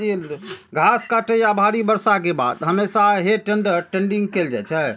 घास काटै या भारी बर्षा के बाद हमेशा हे टेडर टेडिंग कैल जाइ छै